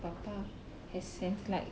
papa has sense like